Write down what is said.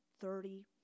thirty